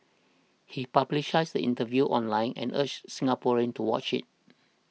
he publicised the interview online and urged Singaporeans to watch it